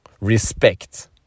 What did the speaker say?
respect